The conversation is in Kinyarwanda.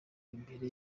imbere